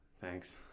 thanks